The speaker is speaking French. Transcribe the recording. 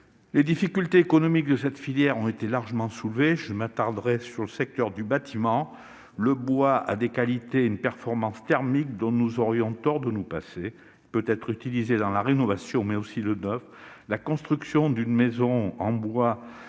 les difficultés économiques auxquelles elle est confrontée. Je m'attarderai sur le secteur du bâtiment. En effet, le bois a des qualités et une performance thermique dont nous aurions tort de nous passer. Il peut être utilisé dans la rénovation, mais aussi dans le neuf. La construction d'une maison en bois